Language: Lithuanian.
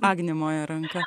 agni moja ranka